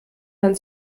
man